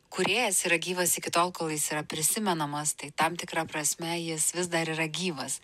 kūrėjas yra gyvas iki tol kol jis yra prisimenamas tai tam tikra prasme jis vis dar yra gyvas